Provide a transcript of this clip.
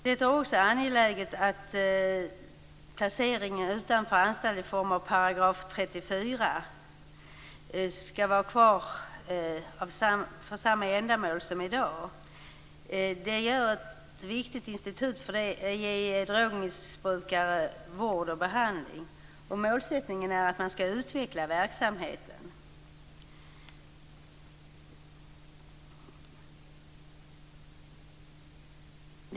Det är också angeläget att placeringen utanför anstalt i enlighet med § 34 skall vara kvar för samma ändamål som i dag. Det är ett viktigt institut för att ge drogmissbrukare vård och behandling. Målet är att utveckla verksamheten.